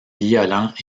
violent